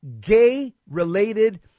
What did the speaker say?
gay-related